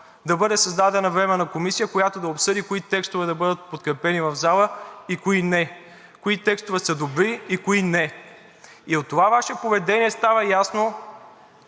да бъде създадена временна комисия, която да обсъди кои текстове да бъдат подкрепени в залата и кои не, кои текстове са добри и кои не. От това Ваше поведение става ясно